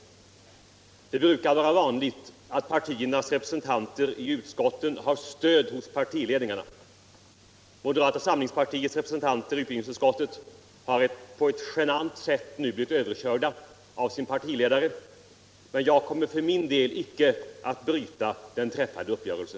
Det brukar vara vanligt att partiernas representanter i utskotten har stöd hos partiledningarna. Moderata samlingspartiets representanter i utbildningsutskottet har på ett genant sätt nu blivit överkörda av sin partiledare, men jag kommer för min del icke att bryta den träffade uppgörelsen.